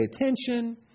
attention